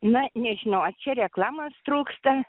na nežinau ar čia reklamos trūksta